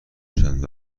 شدند